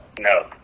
No